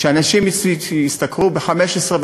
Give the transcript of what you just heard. שאנשים ישתכרו 15,000,